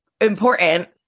important